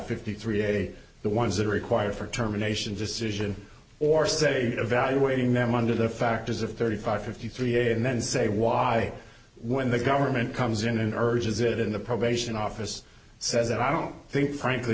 fifty three eighty the ones that are required for terminations decision or say evaluating them under the factors of thirty five fifty three a and then say why when the government comes in and urges it in the probation office says i don't think frankly